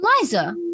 Liza